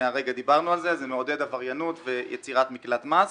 זה מעודד עבריינות ויצירת מקלט מס.